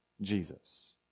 Jesus